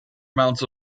amounts